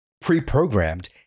pre-programmed